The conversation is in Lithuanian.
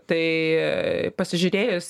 tai pasižiūrėjus